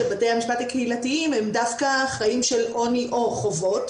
בתי המשפט הקהילתיים הם דווקא חיים של עוני או חובות.